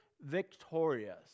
victorious